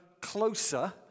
closer